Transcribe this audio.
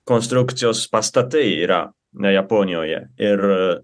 konstrukcijos pastatai yra ne japonijoje ir